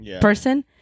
person